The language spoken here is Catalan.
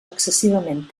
excessivament